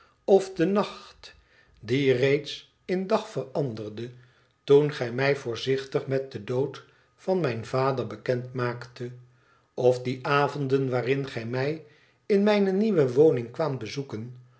of den nacht die reeds in dag veranderde toen gij mij voorzichtig met den dood van mijn vader bekend maaktet of die avonden waarin gi mij in mijne nieuwe woning kwaamt bezoeken